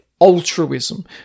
altruism